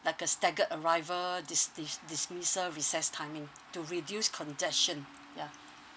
like a staggered arrival dis~ dis~ dismissal recess timing to reduce congestion yeah